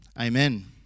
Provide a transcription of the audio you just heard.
amen